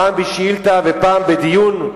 פעם בשאילתא ופעם בדיון,